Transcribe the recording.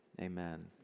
amen